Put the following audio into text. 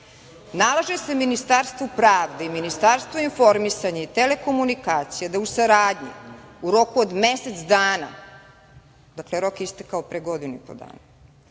„Nalaže se Ministarstvu pravde i Ministarstvu informisanja i telekomunikacija da u saradnji u roku od mesec dana, dakle, rok je istekao pre godinu i po dana,